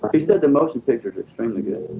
he said the motion picture is extremely good